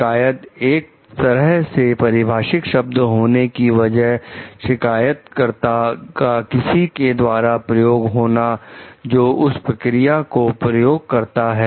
शिकायत एक तरह से परिभाषित शब्द होने की वजह शिकायतकर्ता का किसी के द्वारा प्रयोग होना जो उस प्रक्रिया को प्रयोग करता है